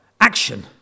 action